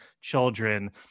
children